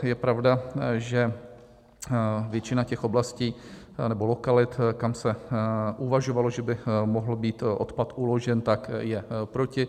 Je pravda, že většina těch oblastí nebo lokalit, kam se uvažovalo, že by mohl být odpad uložen, je proti.